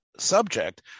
Subject